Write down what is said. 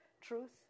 truth